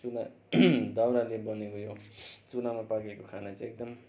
चुला दाउराले बनेको यो चुलामा पाकेको खाना चाहिँ एकदम